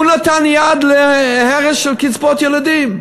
והוא נתן יד להרס של קצבאות ילדים.